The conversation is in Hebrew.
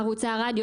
ערוצי הרדיו